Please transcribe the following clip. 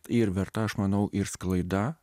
ir verta aš manau ir sklaida